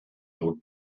your